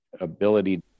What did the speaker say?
ability